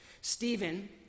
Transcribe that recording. Stephen